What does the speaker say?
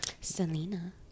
Selena